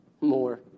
more